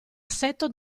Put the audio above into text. assetto